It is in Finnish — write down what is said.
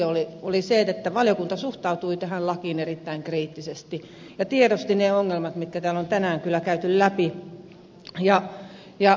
se oli se että valiokunta suhtautui tähän lakiin erittäin kriittisesti ja tiedosti ne ongelmat mitkä täällä on tänään kyllä käyty läpi